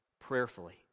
prayerfully